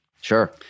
Sure